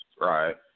Right